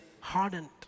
hardened